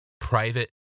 private